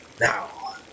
Now